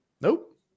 Nope